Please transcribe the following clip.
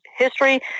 history